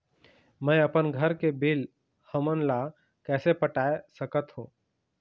मैं अपन घर के बिल हमन ला कैसे पटाए सकत हो?